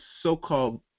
so-called